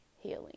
healing